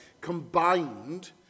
combined